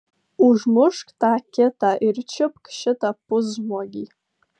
užmušk tą kitą ir čiupk šitą pusžmogį